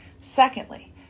Secondly